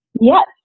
Yes